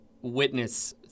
witness